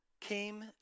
came